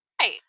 Right